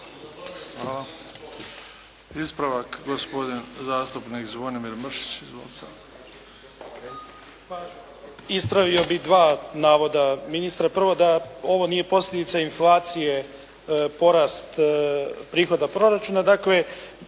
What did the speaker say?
Mršić. Izvolite. **Mršić, Zvonimir (SDP)** Ispravio bih dva navoda ministra. Prvo da ovo nije posljedica inflacije porast prihoda proračuna. Dakle,